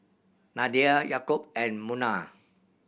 Nadia Yaakob and Munah